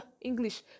English